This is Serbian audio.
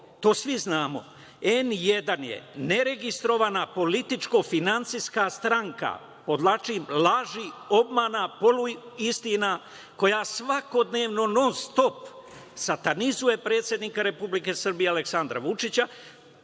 Televizije "N1" je nerigistrovana političko-finansijska stranka, podvlačim, laži, obmana, poluistina, koja svakodnevno, non-stop satanizuje predsednika Republike Srbije Aleksandra Vučića,